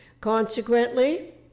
Consequently